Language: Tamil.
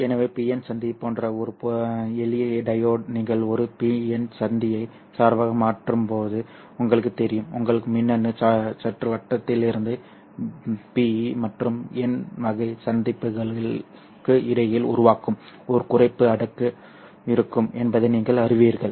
எனவே PN சந்தி போன்ற ஒரு எளிய டையோடு நீங்கள் ஒரு PN சந்தியைச் சார்பாக மாற்றும்போது உங்களுக்குத் தெரியும் உங்கள் மின்னணு சுற்றுவட்டத்திலிருந்து P மற்றும் N வகை சந்திப்புகளுக்கு இடையில் உருவாகும் ஒரு குறைப்பு அடுக்கு இருக்கும் என்பதை நீங்கள் அறிவீர்கள்